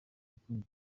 ipfunwe